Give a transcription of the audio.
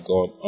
God